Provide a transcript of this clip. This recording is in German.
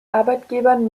arbeitgebern